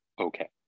okay